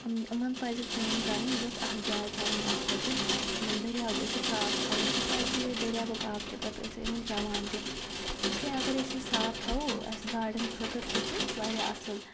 یِمَن پَزِ کٲم کَرٕنۍ گژھِ اَکھ جاے تھاوٕنۍ اَتھ خٲطرٕ یِمَن دٔریاو گژھِ صاف تھاوُن تِکیٛازِ یِہَے دٔریابُک آب چھِ پَتہٕ أسۍ یِمَن چٮ۪وان تہِ اِسلیے اگر أسۍ صاف تھاوو اَسہِ گاڑٮ۪ن خٲطرٕ تہِ چھِ واریاہ اَصٕل